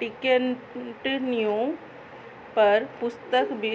ticket न्यू पर पुस्तक वि